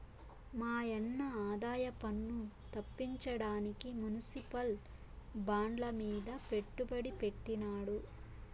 మాయన్న ఆదాయపన్ను తప్పించడానికి మునిసిపల్ బాండ్లమీద పెట్టుబడి పెట్టినాడు